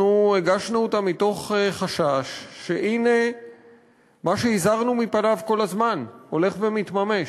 אנחנו הגשנו אותה מתוך חשש שהנה מה שהזהרנו מפניו כל הזמן הולך ומתממש: